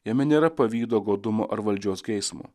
jame nėra pavydo godumo ar valdžios geismo